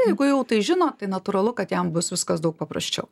jeigu jau tai žino tai natūralu kad jam bus viskas daug paprasčiau